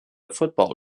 football